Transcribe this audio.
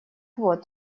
вот